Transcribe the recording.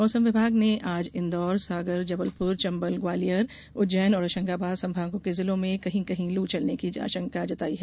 मौसम विभाग ने आज इन्दौर सागर जबलपुर चंबल ग्वालियर उज्जैन और होशंगाबाद संभागों के जिलों में कहीं कहीं लू चलने की आशंका जताई है